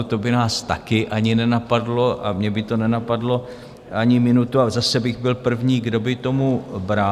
To by nás také ani nenapadlo a mě by to nenapadlo ani minutu a zase bych byl první, kdo by tomu bránil.